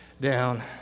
down